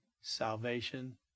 salvation